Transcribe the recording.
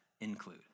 include